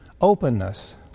openness